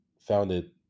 founded